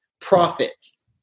profits